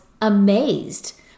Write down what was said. amazed